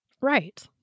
Right